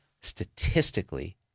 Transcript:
statistically